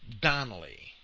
Donnelly